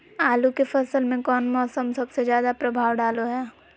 आलू के फसल में कौन मौसम सबसे ज्यादा प्रभाव डालो हय?